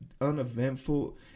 uneventful